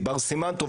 בר סימן טוב,